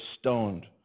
stoned